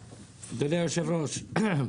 יושב-ראש מועצת המובילים.